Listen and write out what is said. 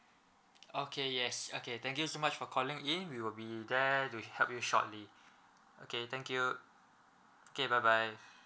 okay yes okay thank you so much for calling in we will be there to help you shortly okay thank you okay bye bye